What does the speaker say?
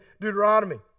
Deuteronomy